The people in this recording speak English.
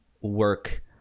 work